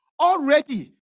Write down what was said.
already